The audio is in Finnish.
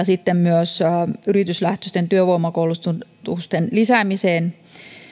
sitten myös yrityslähtöisten työvoimakoulutusten lisäämiseen